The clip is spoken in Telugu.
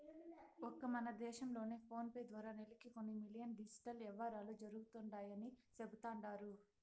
ఒక్క మన దేశం లోనే ఫోనేపే ద్వారా నెలకి కొన్ని మిలియన్ డిజిటల్ యవ్వారాలు జరుగుతండాయని సెబుతండారు